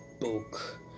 book